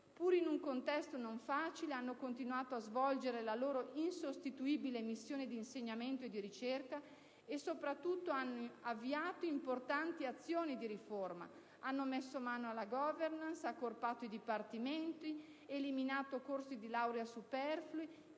Pur in un contesto non facile, hanno continuato a svolgere la loro insostituibile missione di insegnamento e di ricerca e soprattutto hanno avviato importanti azioni di riforma: hanno messo mano alla *governance*, accorpato i dipartimenti, eliminato corsi di laurea superflui,